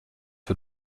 für